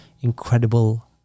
incredible